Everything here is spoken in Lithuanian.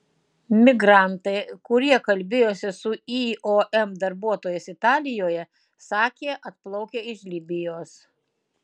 migrantai kurie kalbėjosi su iom darbuotojais italijoje sakė atplaukę iš libijos